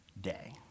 day